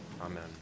Amen